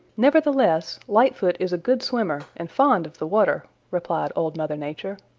nevertheless, lightfoot is a good swimmer and fond of the water, replied old mother nature.